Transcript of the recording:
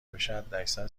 بشه، حداکثر